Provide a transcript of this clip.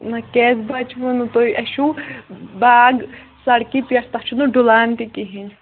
نہ کیٛازِ بَچوٕ نہٕ تۅہہِ اسہِ چھُو باغ سَڑکہِ پیٚٹھ تَتھ چھُنہٕ ڈالان تہِ کِہیٖنٛۍ